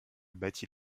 battit